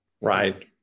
right